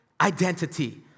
identity